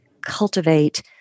cultivate